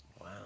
Wow